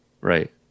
Right